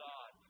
God